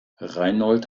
reinhold